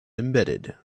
embedded